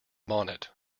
bonnet